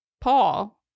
Paul